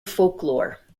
folklore